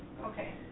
Okay